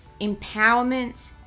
empowerment